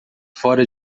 fora